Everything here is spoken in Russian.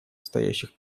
стоящих